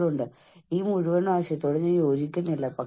അവരുടെ മുൻഗണനകളുടെ പട്ടികയിൽ അത് എത്ര ഉയർന്നതാണ്